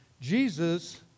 Jesus